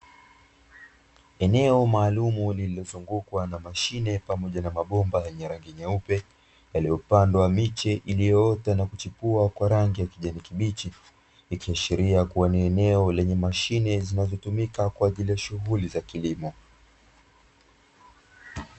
Eneo maalumu lililozungukwa na mashine pamoja na mabomba yenye rangi nyeupe, yaliyopandwa miche iliyoota na kuchipua kwa rangi ya kijani kibichi, ikiashiria kuwa ni eneo lenye mashine zinazotumika kwa ajili ya shughuli za kilimo.